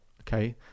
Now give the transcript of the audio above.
okay